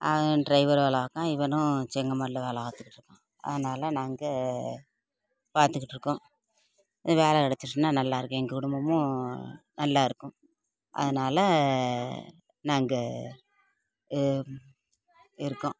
அவன் டிரைவர் வேலை பார்க்கான் இவனும் செங்கமோட்டுல வேலை பார்த்துட்ருக்கான் அதனால நாங்கள் பார்த்துக்கிட்ருக்கோம் இந்த வேலை கிடச்சிட்டுன்னா நல்லாயிருக்கும் எங்கள் குடும்பமும் நல்லாயிருக்கும் அதனால் நாங்கள் இருக்கோம்